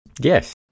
Yes